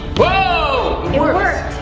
whoa! it worked!